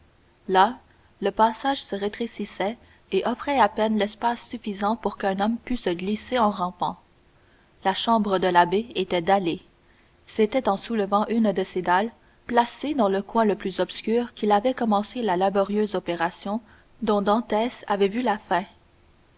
là le passage se rétrécissait et offrait à peine l'espace suffisant pour qu'un homme pût se glisser en rampant la chambre de l'abbé était dallée c'était en soulevant une de ces dalles placée dans le coin le plus obscur qu'il avait commencé la laborieuse opération dont dantès avait vu la fin